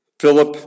Philip